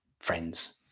friends